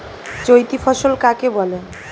চৈতি ফসল কাকে বলে?